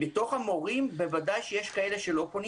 בתוך המורים בוודאי שיש כאלה שלא פונים